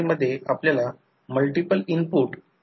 परंतु I2 आणि I2 secondary current anti phase असणे आवश्यक आहे